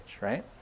right